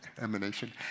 emanation